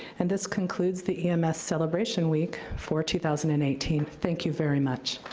and this concludes the ems celebration week for two thousand and eighteen. thank you very much.